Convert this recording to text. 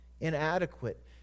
inadequate